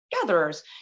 gatherers